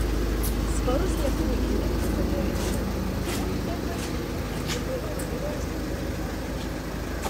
svarus lietuvių indėlis padėjo ir sienos montepaschi ekipai eurolygoje startuoti pergale